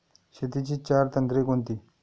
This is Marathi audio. शेतीची चार तंत्रे कोणती?